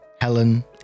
Helen